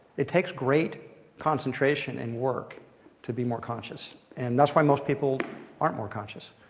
it takes great concentration and work to be more conscious. and that's why most people aren't more conscious.